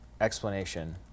explanation